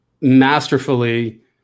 masterfully